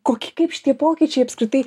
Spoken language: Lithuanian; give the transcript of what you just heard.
kokį kaip šitie pokyčiai apskritai